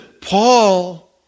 Paul